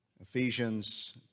Ephesians